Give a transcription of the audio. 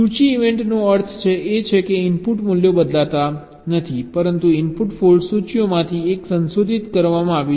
સૂચિ ઇવેન્ટનો અર્થ એ છે કે ઇનપુટ મૂલ્યો બદલાયા નથી પરંતુ ઇનપુટ ફોલ્ટ સૂચિઓમાંથી એક સંશોધિત કરવામાં આવી છે